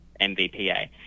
MVPA